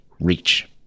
reach